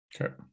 Okay